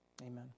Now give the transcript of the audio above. Amen